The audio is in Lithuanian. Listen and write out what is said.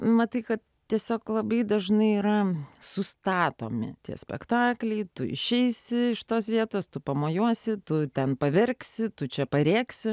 matai kad tiesiog labai dažnai yra sustatomi tie spektakliai tu išeisi iš tos vietos tu pamojuosi tu ten paverksi tu čia parėksi